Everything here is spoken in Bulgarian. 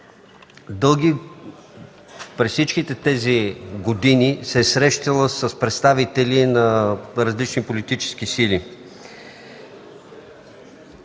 комитет през всичките тези години се е срещала с представители на различни политически сили.